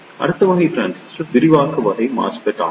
அடுத்த வகை டிரான்சிஸ்டர் விரிவாக்க வகை MOSFET ஆகும்